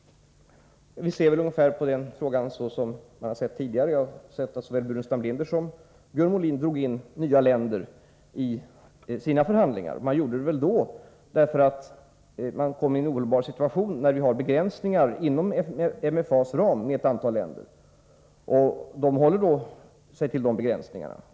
Vi har väl ungefär samma syn på den frågan som man har haft tidigare. Såväl Björn Molin som Staffan Burenstam Linder drog ju in nya länder i sina förhandlingar. De gjorde det förmodligen därför att man kommer i en ohållbar situation när man inom MFA:s ram har begränsningar gentemot ett antal länder. De länderna håller sig till dessa begränsningar.